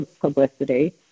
publicity